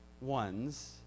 ones